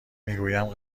میگویم